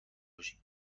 باشین